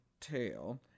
tail